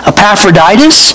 Epaphroditus